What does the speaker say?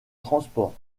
transport